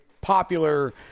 popular